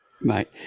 Right